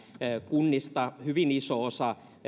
kunnista hyvin iso osa